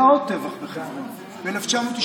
היה עוד טבח בחברון, ב-1994,